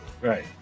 Right